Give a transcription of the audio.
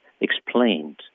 explained